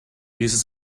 uses